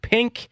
Pink